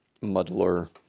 muddler